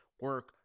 Work